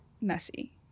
messy